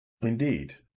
indeed